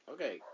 Okay